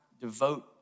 devote